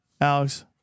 Alex